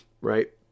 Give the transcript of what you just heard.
right